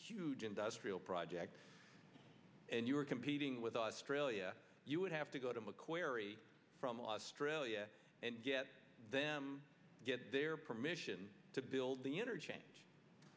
huge industrial project and you were competing with australia you would have to go to mcquery from australia and get them get their permission to build the interchange